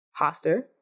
Hoster